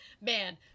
man